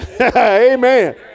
Amen